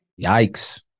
Yikes